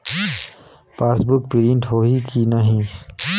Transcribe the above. Passbook print होही कि नहीं?